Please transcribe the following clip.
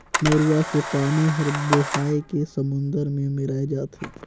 नरूवा के पानी हर बोहाए के समुन्दर मे मेराय जाथे